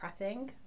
prepping